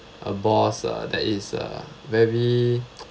a boss uh that is uh very